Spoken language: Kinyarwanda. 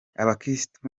abakirisitu